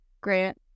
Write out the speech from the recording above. grant